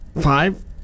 Five